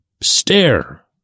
stare